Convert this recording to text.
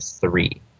three